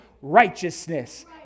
righteousness